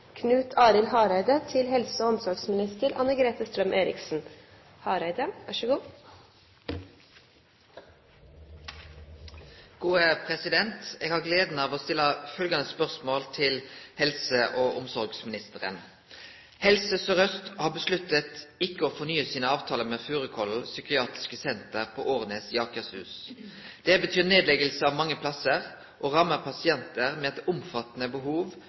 til helse- og omsorgsministeren: «Helse Sør-Øst har besluttet ikke å fornye sine avtaler med Furukollen psykiatriske senter på Årnes i Akershus. Det betyr nedleggelse av mange plasser og rammer pasienter med et omfattende behov